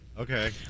Okay